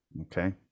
Okay